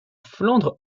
flandre